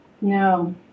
No